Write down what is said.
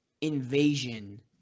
invasion